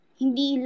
hindi